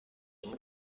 inka